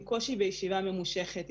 עם קושי בישיבה ממושכת,